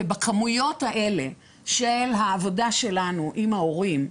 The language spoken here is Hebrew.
ובכמויות האלה של העבודה שלנו עם ההורים,